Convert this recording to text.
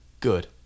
good